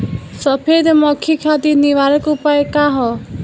सफेद मक्खी खातिर निवारक उपाय का ह?